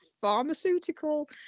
pharmaceutical